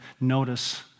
notice